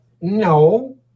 no